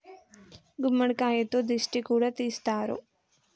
గుమ్మడికాయతో దిష్టి కూడా తీస్తారు